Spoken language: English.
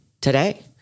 today